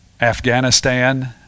Afghanistan